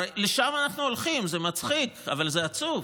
הרי לשם אנחנו הולכים, זה מצחיק, אבל זה עצוב.